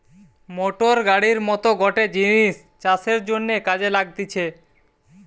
motor গাড়ির মত গটে জিনিস চাষের জন্যে কাজে লাগতিছে